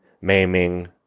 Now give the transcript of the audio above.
maiming